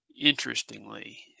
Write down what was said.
Interestingly